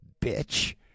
Bitch